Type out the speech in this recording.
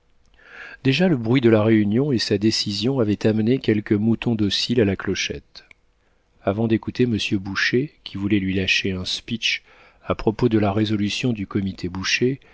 déjà le bruit de la réunion et sa décision avaient amené quelques moutons dociles à la clochette avant d'écouter monsieur boucher qui voulait lui lâcher un speech à propos de la résolution du comité boucher